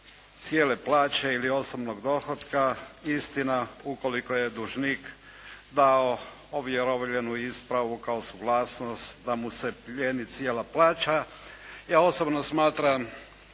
cijele plaće ili osobnog dohotka istina ukoliko je dužnik dao ovjerovljenu ispravu kao suglasnost da mu se plijeni cijela plaća. Ja osobno smatram